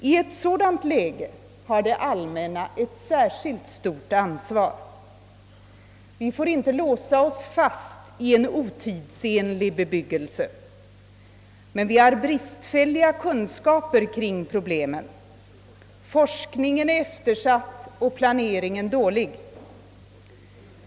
I ett sådant läge har det allmänna ett särskilt stort ansvar. Vi får inte låsa oss fast i en otidsenlig bebyggelse. Men vi har bristfälliga kunskaper kring problemen. Forskningen är eftersatt och planeringen dålig.